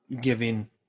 giving